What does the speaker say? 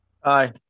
Hi